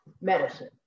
medicine